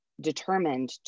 determined